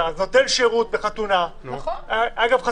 אגב,